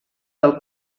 del